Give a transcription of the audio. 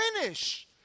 finish